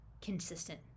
consistent